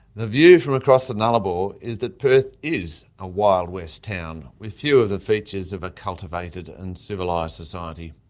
the view from across the nullarbor is that perth is a wild west town with few of the features of a cultivated and civilised society.